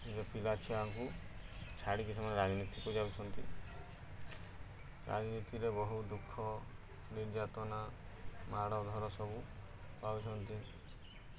ନିଜ ପିଲା ଛୁଆଙ୍କୁ ଛାଡ଼ିକି ସେମାନେ ରାଜନୀତିକୁ ଯାଉଛନ୍ତି ରାଜନୀତିରେ ବହୁ ଦୁଃଖ ନିର୍ଯାତନା ମାଡ଼ ଧର ସବୁ ପାଉଛନ୍ତି